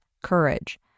courage